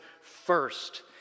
first